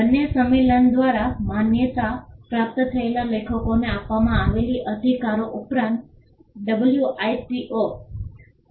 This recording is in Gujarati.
બર્ન સંમેલન દ્વારા માન્યતા પ્રાપ્ત થયેલ લેખકોને આપવામાં આવેલા અધિકારો ઉપરાંત ડબ્લ્યુઆઇપીઓ ક